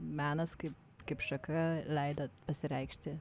menas kaip kaip šaka leido pasireikšti